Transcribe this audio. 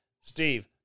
Steve